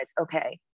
okay